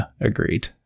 Agreed